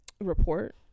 report